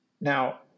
now